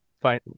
fine